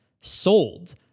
sold